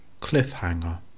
Cliffhanger